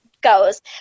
goes